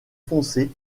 foncé